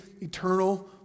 eternal